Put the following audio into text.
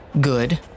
Good